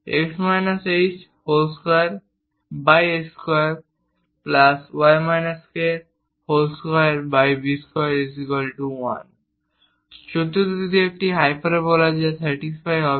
x h2a2y k2b21 চতুর্থটি একটি hyperbola যা এটি স্যাটিসফাই হবে